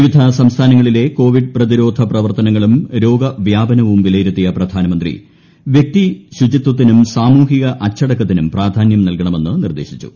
വിവിധ സംസ്ഥാനങ്ങളിലെ കോവിഡ് പ്രതിരോധ പ്രവർത്തനങ്ങളും രോഗവ്യാപനവും വിലയിരുത്തിയ പ്രധാനമന്ത്രി വൃക്തിശുചിത്വത്തിനും സാമൂഹൃ അച്ചടക്കത്തിനും പ്രാധാനൃം നൽകണമെന്ന് നിർദ്ദേശിച്ചു